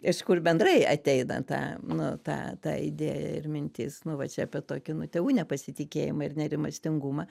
iš kur bendrai ateina ta nu ta ta idėja ir mintis nu va čia apie tokį nu tėvų nepasitikėjimą ir nerimastingumą